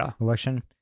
election